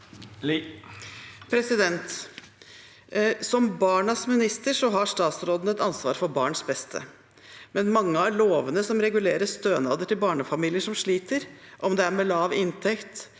Som barnas minister har statsråden et ansvar for barns beste, men mange av lovene som regulerer stønader til barnefamilier som sliter, om det er med lav inntekt,